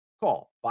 Call